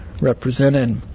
represented